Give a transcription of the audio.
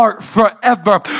forever